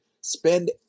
spend